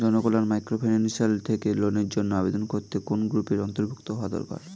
Janakalyan microfinance থেকে লোনের জন্য আবেদন করতে কোন গ্রুপের অন্তর্ভুক্ত হওয়া দরকার?